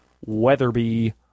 Weatherby